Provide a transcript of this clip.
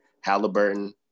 Halliburton